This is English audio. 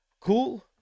cool